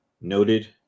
noted